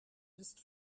ist